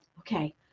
Okay